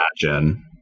imagine